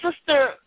Sister